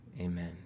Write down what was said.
amen